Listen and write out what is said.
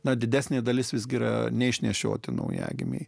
na didesnė dalis visgi yra neišnešioti naujagimiai